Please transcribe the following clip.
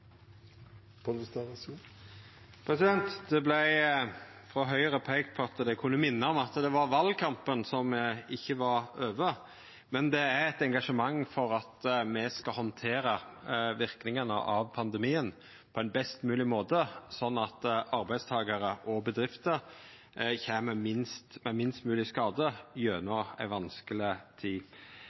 Det vart frå Høgre peikt på at det kunne minna om at valkampen ikkje var over, men det er eit engasjement for at me skal handtera verknadene av pandemien på ein best mogleg måte, slik at arbeidstakarar og bedrifter kjem med minst mogleg skade gjennom ei vanskeleg tid.